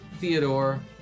Theodore